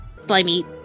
slimy